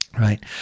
right